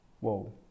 whoa